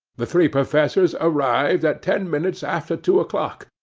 the three professors arrived at ten minutes after two o'clock,